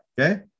Okay